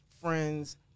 friends